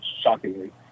shockingly